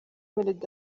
melody